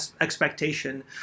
expectation